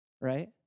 Right